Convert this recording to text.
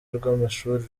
rw’amashuri